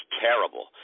terrible